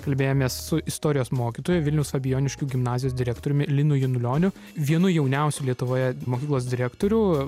kalbėjomės su istorijos mokytoju vilniaus fabijoniškių gimnazijos direktoriumi linu janulioniu vienu jauniausių lietuvoje mokyklos direktorių